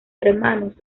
hermanos